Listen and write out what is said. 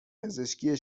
پزشکی